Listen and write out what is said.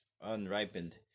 unripened